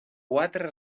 quatre